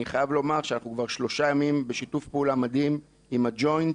אני חייב לומר שאנחנו כבר שלושה ימים בשיתוף פעולה מדהים עם הג'וינט,